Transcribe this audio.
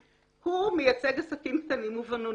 מייצג עסקים קטנים ובינוניים.